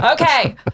Okay